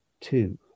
two